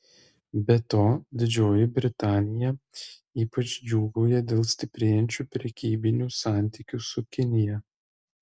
be to didžioji britanija ypač džiūgauja dėl stiprėjančių prekybinių santykių su kinija